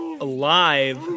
Alive